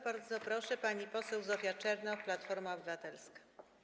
Bardzo proszę, pani poseł Zofia Czernow, Platforma Obywatelska.